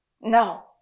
No